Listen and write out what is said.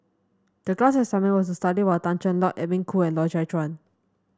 the class assignment was to study Tan Cheng Lock Edwin Koo and Loy Chye Chuan